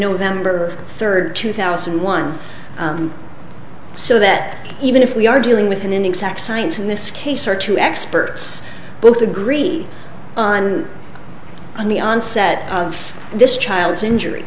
november third two thousand and one so that even if we are dealing with an inexact science in this case are two experts both agreed on in the onset of this child's injury